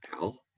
Al